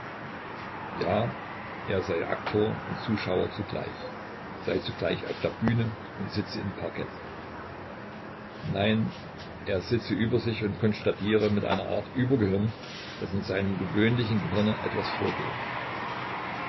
ja er sei aktor und zuschauer zugleich sei zugleich auf der bühne und sitze im parkett nein er sitze über sich und konstatiere mit einer art übergehirn daß in seinem gewöhnlichen gehirne etwas vorgehe